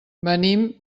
venim